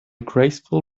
graceful